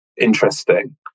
interesting